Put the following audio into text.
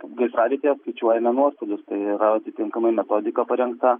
gaisravietėje apskaičiuojame nuostolius tai yra atitinkamai metodika parengta